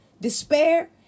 despair